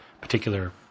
particular